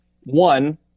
one